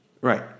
right